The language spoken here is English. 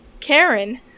Karen